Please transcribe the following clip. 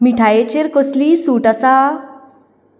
मिठायेचेर कसलीय सूट आसा